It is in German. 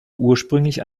ursprünglich